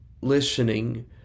listening